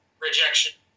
rejection